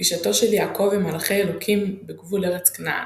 פגישתו של יעקב עם מלאכי אלוהים בגבול ארץ כנען.